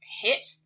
hit